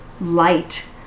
light